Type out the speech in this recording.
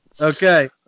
Okay